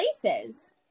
places